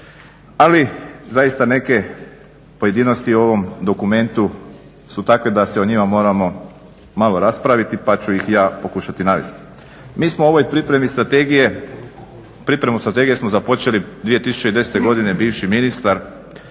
ali zaista neke pojedinosti u ovom dokumentu su takve da se o njima moramo malo raspraviti pa ću ih ja pokušati navesti. Mi smo u ovoj pripremi strategije, pripremu strategije smo započeli 2010.godine bivši ministar